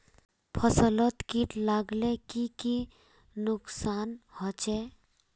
फसलोत किट लगाले की की नुकसान होचए?